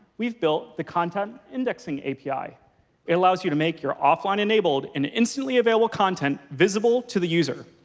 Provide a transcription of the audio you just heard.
we've built the content indexing api. it allows you to make your offline-enabled and instantly-available content visible to the user.